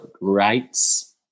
rights